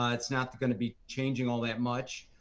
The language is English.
um it's not going to be changing all that much.